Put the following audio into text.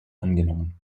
angenommen